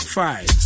five